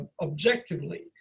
objectively